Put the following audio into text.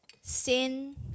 sin